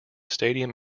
stadium